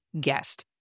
guest